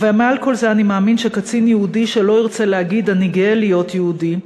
ומעל כל זה אני מאמין שקצין יהודי שלא ירצה להגיד אני גאה להיות יהודי,